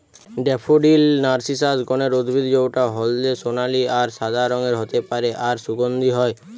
daffodil narcissus গণের উদ্ভিদ জউটা হলদে সোনালী আর সাদা রঙের হতে পারে আর সুগন্ধি হয়